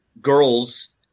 girls